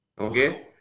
Okay